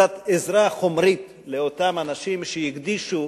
קצת עזרה חומרית לאותם אנשים שהקדישו